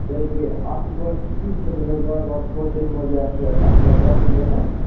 کیٚازکہِ اَتھ چھِ گۄڈٕ یہِ چھُ وار وار تھوٚد تَمہِ موٗجوٗب آسہِ یہِ اَتھ تھوڑا پرٛابلِم گَژھان